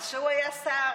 כשהוא היה שר,